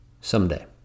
someday